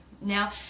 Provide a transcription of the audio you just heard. Now